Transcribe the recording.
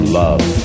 love